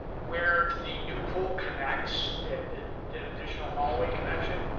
where the new pool connects, that that additional hallway connection,